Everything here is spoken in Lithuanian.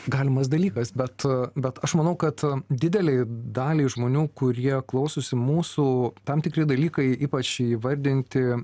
galimas dalykas bet bet aš manau kad didelei daliai žmonių kurie klausosi mūsų tam tikri dalykai ypač įvardinti